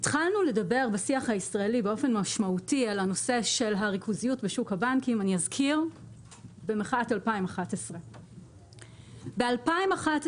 התחלנו לדבר בשיח הישראלי על הריכוזיות בשוק הבנקים במחאת 2011. ב-2011,